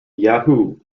yahoo